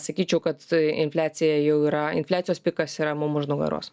sakyčiau kad infliacija jau yra infliacijos pikas yra mum už nugaros